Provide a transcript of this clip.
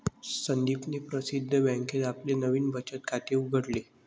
संदीपने प्रसिद्ध बँकेत आपले नवीन बचत खाते उघडले